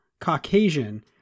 Caucasian